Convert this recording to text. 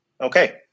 Okay